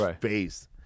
face